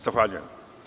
Zahvaljujem.